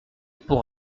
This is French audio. pour